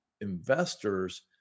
investors